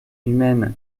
humaines